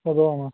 ਕਦੋਂ ਆਵਾਂ